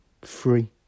Free